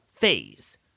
phase